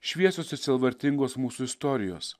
šviesios ir sielvartingos mūsų istorijos